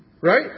Right